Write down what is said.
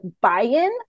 buy-in